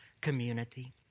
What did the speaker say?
community